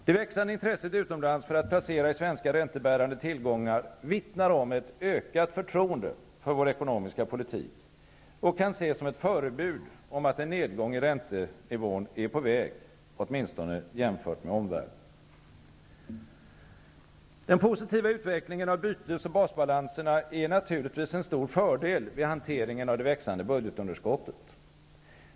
Det växande intresset utomlands för att placera i svenska räntebärande tillgångar vittnar om ett ökat förtroende för vår ekonomiska politik och kan ses som ett förebud om att en nedgång i räntenivån är på väg, åtminstone jämfört med omvärlden. Den positiva utvecklingen av bytes och basbalanserna är naturligtvis en stor fördel vid hanteringen av det växande budgetunderskottet.